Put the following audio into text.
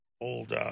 old